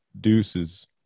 deuces